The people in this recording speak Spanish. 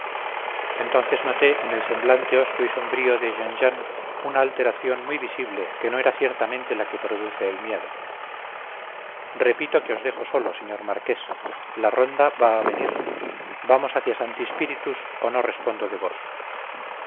entonces noté en el semblante hosco y sombrío de jean jean una alteración muy visible que no era ciertamente la que produce el miedo repito que os dejo solo señor marqués la ronda va a venir vamos hacia santi spíritus o no respondo de vos